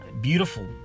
Beautiful